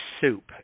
soup